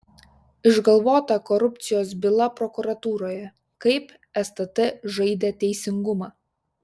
išgalvota korupcijos byla prokuratūroje kaip stt žaidė teisingumą